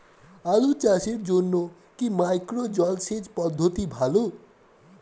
আলু চাষের জন্য কি মাইক্রো জলসেচ পদ্ধতি ভালো?